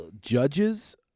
judges